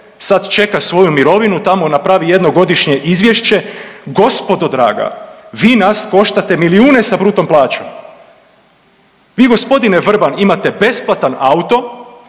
sad čeka svoju mirovinu tamo napravi jednogodišnje izvješće. Gospodo draga vi nas koštate milijune sa bruto plaćom. Vi gospodine Vrban imate besplatan auto,